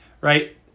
right